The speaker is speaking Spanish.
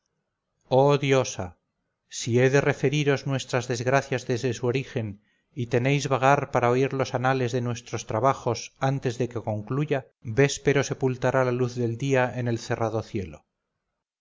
diosa si he de referiros nuestras desgracias desde su origen y tenéis vagar para oír los anales de nuestros trabajos antes de que concluya véspero sepultará la luz del día en el cerrado cielo